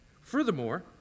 Furthermore